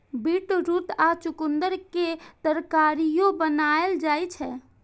beetroot या चुकंदर के तरकारियो बनाएल जाइ छै